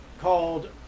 called